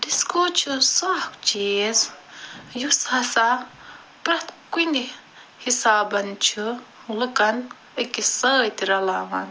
disco چھُ سُہ اکھ چیٖز یُس ہسا پرٛیٚتھ کُنہِ حسابہٕ چھُ لوٗکن اکِس سۭتۍ رلاوان